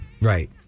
Right